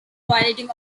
violating